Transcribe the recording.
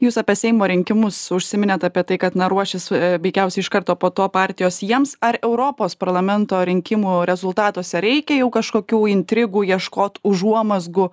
jūs apie seimo rinkimus užsiminėt apie tai kad na ruošis veikiausiai iš karto po to partijos jiems ar europos parlamento rinkimų rezultatuose reikia jau kažkokių intrigų ieškot užuomazgų